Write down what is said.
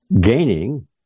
gaining